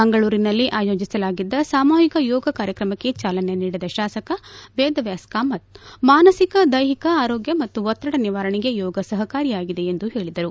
ಮಂಗಳೂರಿನಲ್ಲಿ ಆಯೋಜಿಸಲಾಗಿದ್ದ ಸಾಮೂಹಿಕ ಯೋಗ ಕಾರ್ಯಕ್ರಮಕ್ಕೆ ಚಾಲನೆ ನೀಡಿದ ಶಾಸಕ ವೇದವ್ಯಾಸ ಕಾಮತ್ ಮಾನಸಿಕ ದೈಹಿಕ ಆರೋಗ್ಯ ಮತ್ತು ಒತ್ತಡ ನಿವಾರಣೆಗೆ ಯೋಗ ಸಹಕಾರಿಯಾಗಿದೆ ಎಂದು ಹೇಳಿದರು